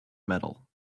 metal